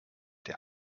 der